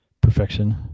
perfection